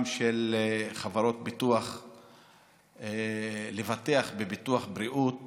של חברות ביטוח לבטח בביטוח בריאות